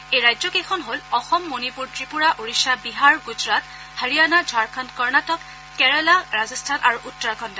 এই ৰাজ্যকেইখন হ'ল অসম মণিপুৰ ত্ৰিপুৰা ওড়িশা বিহাৰ গুজৰাট হাৰিয়ানা ঝাৰখণ্ড কৰ্ণাটক কেৰালা ৰাজস্থান আৰু উত্তৰাখণ্ড